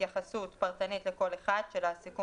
גם התייחסות פרטנית לכל אחד וסיכום